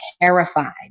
terrified